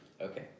Okay